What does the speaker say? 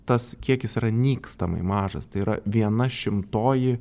tas kiekis yra nykstamai mažas tai yra viena šimtoji